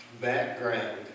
background